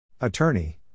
Attorney